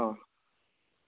आं